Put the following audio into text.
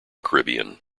caribbean